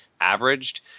averaged